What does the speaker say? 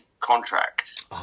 contract